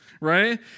Right